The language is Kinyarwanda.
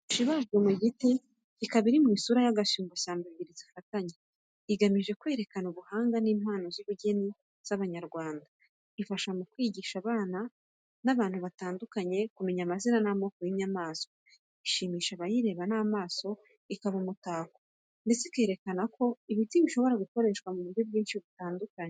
Ishusho ibajwe mu giti ikaba iri mu isura ya gasumbashyamba ebyiri zifatanye, igamije kwerekana ubuhanga n’impano z’ubugeni z’Abanyarwanda. Ifasha mu kwigisha abana n’abantu batandukanye kumenya amazina n'amoko y'inyamaswa. Ishimisha abayireba n'amaso, ikaba umutako, ndetse ikerekana ko ibiti bishobora gukoreshwa mu buryo bwinshi butandukanye.